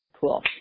Cool